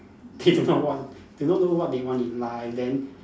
did not want did not know what they want in life then